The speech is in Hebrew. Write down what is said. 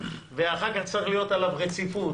ואחר כך צריך להיות עליו רציפות,